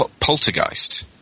poltergeist